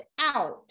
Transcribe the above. out